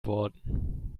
worden